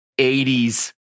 80s